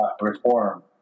reform